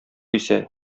исә